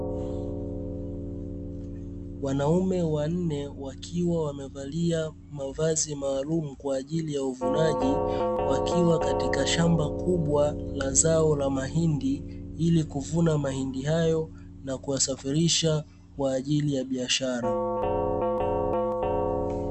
Wanaume wanne wakiwa wamevalia mavazi maalumu kwa ajili ya uvunaji, wakiwa katika shamba kubwa la zao la mahindi ili kuvuna mahindi hayo na kuyasafirisha kwa ajili ya biashara.